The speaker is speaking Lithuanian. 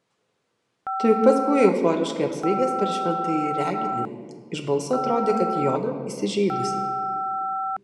tu juk pats buvai euforiškai apsvaigęs per šventąjį reginį iš balso atrodė kad jona įsižeidusi